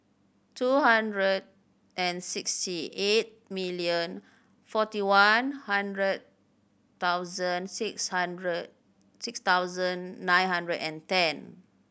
two hundred and sixty eight million forty one hundred thousand six hundred six thousand nine hundred and ten